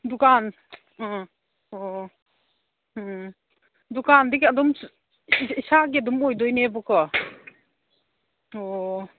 ꯗꯨꯀꯥꯟ ꯑꯥ ꯑꯣ ꯎꯝ ꯗꯨꯀꯥꯟꯗꯤ ꯑꯗꯨꯝ ꯏꯁꯥꯒꯤ ꯑꯗꯨꯝ ꯑꯣꯏꯗꯣꯏꯅꯦꯕꯀꯣ ꯑꯣ